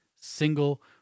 single